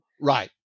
Right